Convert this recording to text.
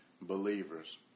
believers